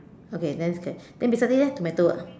okay then it's okay then beside it eh tomato ah